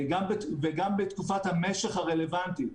גם בתקופת המשך הרלוונטית.